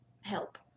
help